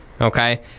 okay